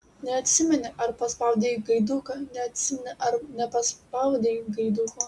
neatsimeni ar paspaudei gaiduką neatsimeni ar nepaspaudei gaiduko